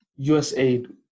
USAID